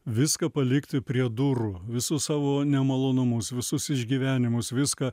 viską palikti prie durų visus savo nemalonumus visus išgyvenimus viską